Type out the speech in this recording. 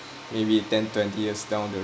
maybe ten twenty years down the